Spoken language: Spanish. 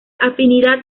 afinidad